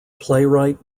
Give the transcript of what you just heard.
playwright